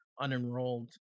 unenrolled